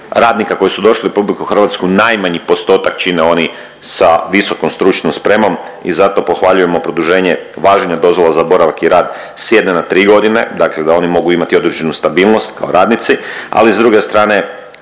radnika koji su došli u RH, najmanji postotak čine oni sa visokom stručnom spremom i zato pohvaljujemo produženje važenja dozvola za boravak i rad s jedne na tri godine, dakle da oni mogu imati određenu stabilnost kao radnici. Ali s druge strane